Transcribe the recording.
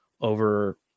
over